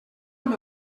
amb